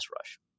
rush